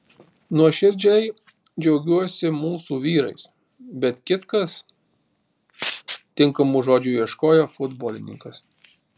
nuoširdžiai džiaugiuosi mūsų vyrais bet kitkas tinkamų žodžių ieškojo futbolininkas